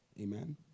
Amen